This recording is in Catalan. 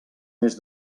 més